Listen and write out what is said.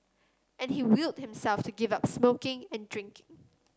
and he willed himself to give up smoking and drinking